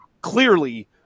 clearly